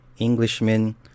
Englishmen